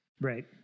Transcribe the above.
Right